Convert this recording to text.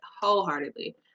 Wholeheartedly